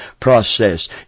process